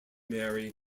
mary